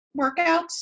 workouts